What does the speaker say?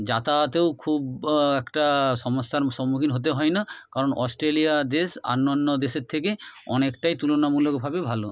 যাতায়াতেও খুব একটা সমস্যার সম্মুখীন হতে হয় না কারণ অস্ট্রেলিয়া দেশ অন্য অন্য দেশের থেকে অনেকটাই তুলনামূলকভাবে ভালো